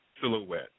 silhouette